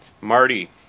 Marty